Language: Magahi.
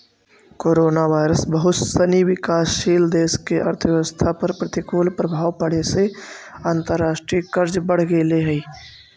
कोरोनावायरस बहुत सनी विकासशील देश के अर्थव्यवस्था पर प्रतिकूल प्रभाव पड़े से अंतर्राष्ट्रीय कर्ज बढ़ गेले हई